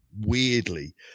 weirdly